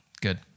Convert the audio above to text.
Good